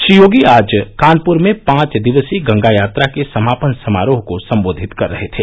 श्री योगी आज कानपुर में पांच दिवसीय गंगा यात्रा के समापन समारोह को संबोधित कर रहे थे